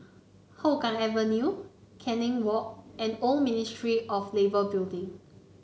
Hougang Avenue Canning Walk and Old Ministry of Labour Building